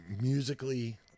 musically